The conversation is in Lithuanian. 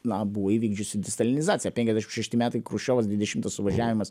na buvo įvykdžiusi distalinizaciją penkiasdešim šešti metai kruščiovas dvidešimtas suvažiavimas